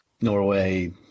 Norway